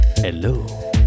Hello